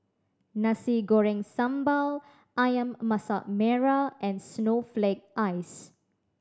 Nasi Goreng Sambal Ayam Masak Merah and snowflake ice